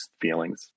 feelings